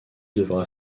devra